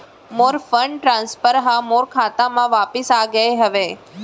मोर fund transfer हा मोर खाता मा वापिस आ गे हवे